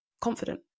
confident